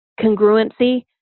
congruency